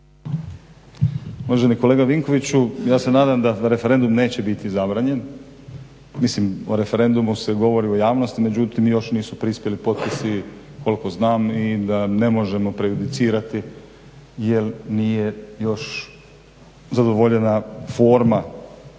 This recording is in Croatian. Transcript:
Uvaženi kolega Vinkoviću ja se nadam da referendum neće biti zabranjen. Mislim o referendumu se govori u javnosti međutim još nisu prispjeli potpisi koliko znam i da ne možemo prejudicirati jel nije još zadovoljena forma koju